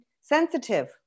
sensitive